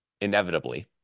inevitably